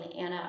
Anna